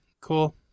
Cool